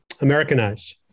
Americanized